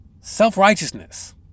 self-righteousness